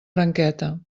branqueta